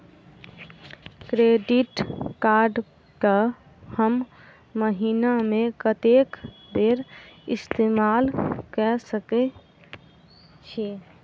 Credit card कऽ हम महीना मे कत्तेक बेर इस्तेमाल कऽ सकय छी?